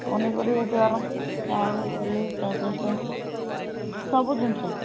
ପନିପରିବାଠୁ ଆରମ୍ଭ ଆଳୁ ଡାଲି ତା' ସହିତ ସବୁ ଜିନିଷ